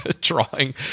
drawing